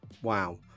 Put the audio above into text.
Wow